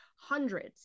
hundreds